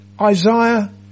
Isaiah